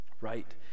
right